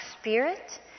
spirit